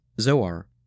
Zoar